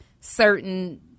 certain